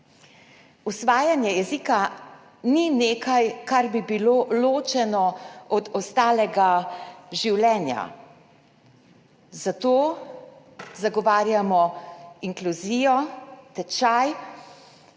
Usvajanje jezika ni nekaj, kar bi bilo ločeno od ostalega življenja. Zato zagovarjamo inkluzijo, tečaj,